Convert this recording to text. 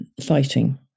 fighting